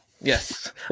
yes